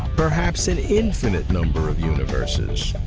perhaps an infinite number of universes.